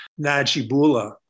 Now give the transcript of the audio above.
Najibullah